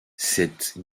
cette